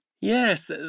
Yes